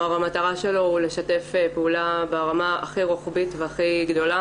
המטרה שלו היא לשתף פעולה ברמה הכי רוחבית והכי גדולה,